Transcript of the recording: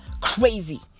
crazy